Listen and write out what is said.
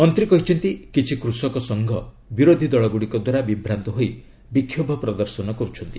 ମନ୍ତ୍ରୀ କହିଛନ୍ତି କିଛି କୁଷକ ସଂଘ ବିରୋଧୀ ଦଳଗୁଡ଼ିକଦ୍ୱାରା ବିଭ୍ରାନ୍ତ ହୋଇ ବିକ୍ଷୋଭ ପ୍ରଦର୍ଶନ କରୁଛନ୍ତି